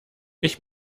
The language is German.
ich